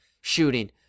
shooting